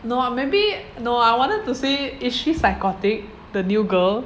no ah maybe no I wanted to say is she psychotic the new girl